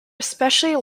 especially